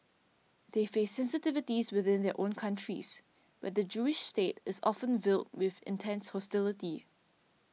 they face sensitivities within their own countries where the Jewish state is often viewed with intense hostility